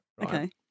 Okay